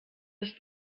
ist